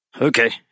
Okay